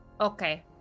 Okay